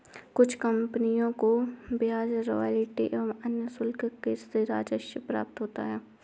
कुछ कंपनियों को ब्याज रॉयल्टी या अन्य शुल्क से राजस्व प्राप्त होता है